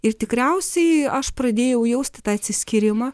ir tikriausiai aš pradėjau jausti tą atsiskyrimą